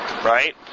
Right